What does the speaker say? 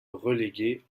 relégué